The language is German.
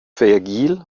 vergil